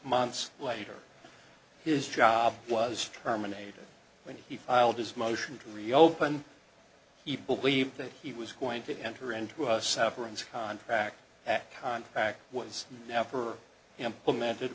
months later his job was terminated when he filed his motion to reopen he believed that he was going to enter into a severance contract that contract was never implemented